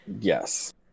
Yes